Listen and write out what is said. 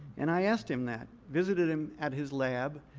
and i asked him that, visited him at his lab.